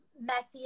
messy